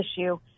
issue